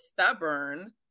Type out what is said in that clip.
stubborn